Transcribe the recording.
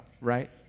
right